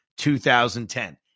2010